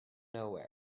nowhere